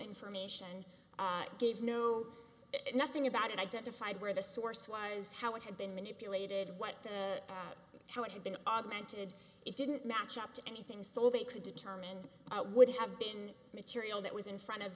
information gave no nothing about it identified where the source was how it had been manipulated what how it had been augmented it didn't match up to anything so they could determine what would have been material that was in front of